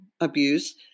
abuse